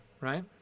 Right